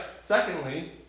Secondly